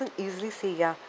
person easily say ya